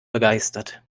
begeistert